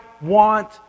want